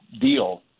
deal